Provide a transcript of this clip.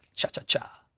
cha cha cha.